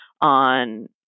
on